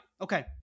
Okay